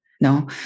No